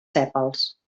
sèpals